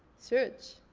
sewage.